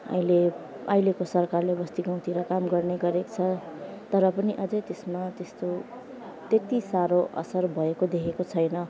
अहिले आहिलेको सरकारले बस्ती गाउँतिर काम गर्ने गरेको छ तर पनि अझै त्यसमा त्यस्तो त्यति साह्रो असर भएको देखेको छैन